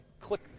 click